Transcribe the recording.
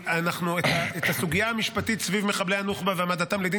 את הסוגיה המשפטית סביב מחבלי הנוח'בה והעמדתם לדין